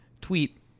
tweet